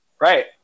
Right